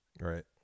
Right